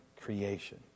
creation